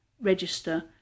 register